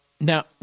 Now